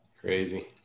Crazy